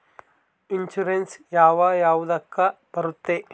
Insurance ಯಾವ ಯಾವುದಕ್ಕ ಬರುತ್ತೆ?